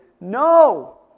no